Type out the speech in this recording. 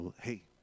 Hey